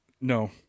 No